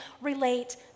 relate